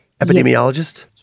Epidemiologist